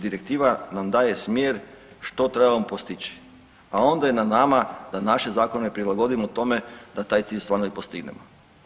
Direktiva nam daje smjer što trebamo postići, a onda je na nama da naše zakone prilagodimo tome da taj cilj stvarno i postignemo.